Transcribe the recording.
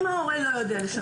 מתי אמורות להגיע